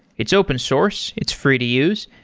it's open source. it's free to use,